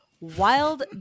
wild